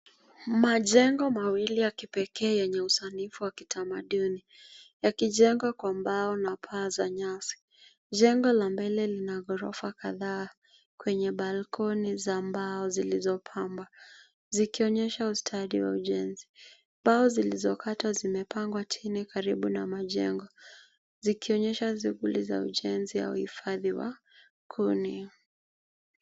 Majengo mawili ya kipekee yenye usanifu wa kitamaduni, yakijengwa kwa mbao na paa za nyasi. Jengo la mbele lina ghorofa kadhaa, kwenye balkoni za mbao zilizopambwa, zikionyesha ustadi wa ujenzi. Mbao zilizokatwa zimepangwa chini karibu na majengo, zikionyesha shughuli za ujenzi au uhiifadhi wa kuni.